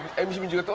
mc minzy